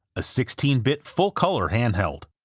a sixteen bit full color handheld.